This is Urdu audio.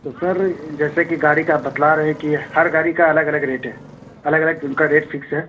تو سر جیسے کہ گاڑی کا آپ بتلا رہے ہیں کہ ہر گاڑی کا الگ الگ ریٹ ہے الگ الگ ان کا ریٹ فکس ہے